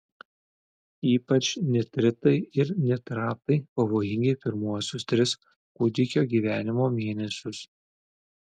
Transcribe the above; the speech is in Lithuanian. ypač nitritai ir nitratai pavojingi pirmuosius tris kūdikio gyvenimo mėnesius